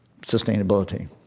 sustainability